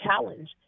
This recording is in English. challenge